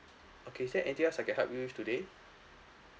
okay is there anything else I can help you with today